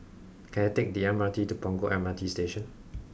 can I take the M R T to Punggol M R T Station